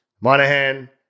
monahan